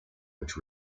which